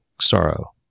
sorrow